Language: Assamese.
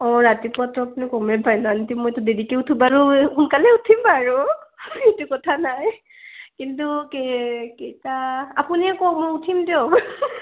অঁ ৰাতিপুৱাতো আপুনি গমেই পাই নহ্ আন্টি মইতো দেৰিকৈ উঠো বাৰু সোনকালে উঠিম বাৰু সেইটো কথা নাই কিন্তু কে কেইটা আপুনিয়ে কওক মই উঠিম দিয়ক